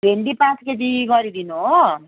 भिन्डी पाँच केजी गरिदिनु हो